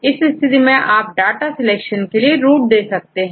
इस स्थिति में आप डाटा सिलेक्शन के लिए रूट दे सकते हैं